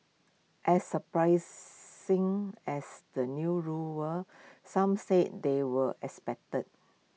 as surprising as the new rules were some say they were expected